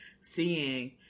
seeing